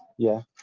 yeah.